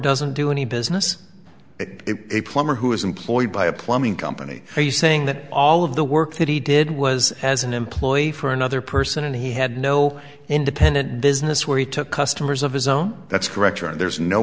doesn't do any business it plumber who employed by a plumbing company are you saying that all of the work that he did was as an employee for another person and he had no independent business where he took customers of his own that's correct and there's no